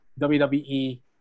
WWE